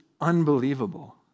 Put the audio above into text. unbelievable